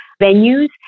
venues